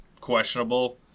questionable